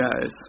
guys